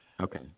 Okay